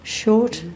short